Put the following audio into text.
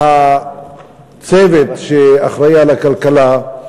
והצוות שאחראי לכלכלה,